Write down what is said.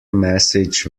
message